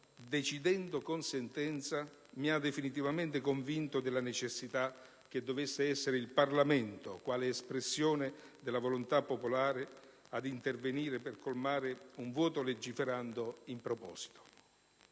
decidendo con sentenza, mi ha definitivamente convinto della necessità che dovesse essere il Parlamento, quale espressione della volontà popolare, ad intervenire per colmare un vuoto legiferando in proposito.